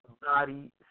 body